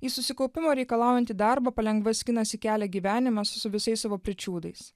į susikaupimo reikalaujantį darbą palengva skinasi kelią gyvenimas su visais savo pričiūdais